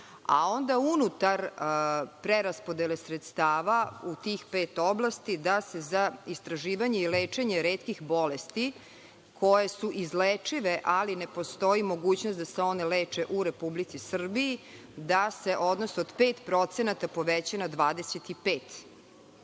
a onda unutar preraspodele sredstava u tih pet oblasti da se za istraživanje i lečenje retkih bolesti koje su izlečive, ali ne postoji mogućnost da se one leče u Republici Srbiji, da se odnos od 5% poveća na 25%.S